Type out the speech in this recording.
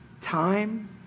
time